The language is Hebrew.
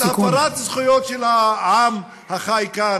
עם הפרת זכויות של העם החי כאן,